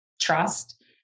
trust